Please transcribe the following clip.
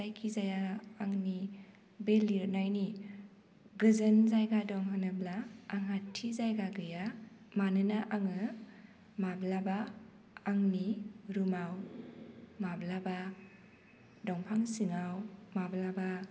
जायखि जाया आंनि बे लिरनायनि गोजोन जायगा दं होनोब्ला आंहा थि जायगा गैया मानोना आङो माब्लाबा आंनि रुमाव माब्लाबा दंफां सिङाव माब्लाबा